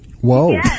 Whoa